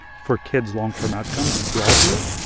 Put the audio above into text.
for kids' long-term outcomes broadly,